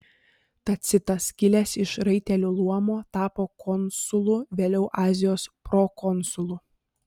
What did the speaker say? tacitas kilęs iš raitelių luomo tapo konsulu vėliau azijos prokonsulu